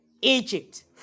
Egypt